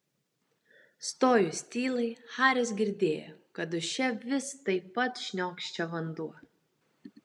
stojus tylai haris girdėjo kad duše vis taip pat šniokščia vanduo